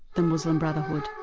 the muslim brotherhood.